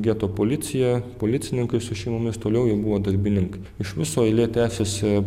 geto policija policininkai su šeimomis toliau jau buvo darbininkai iš viso eilė tęsiasi